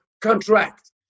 contract